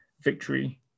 victory